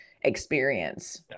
experience